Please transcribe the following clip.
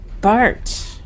Bart